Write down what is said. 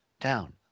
down